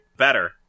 better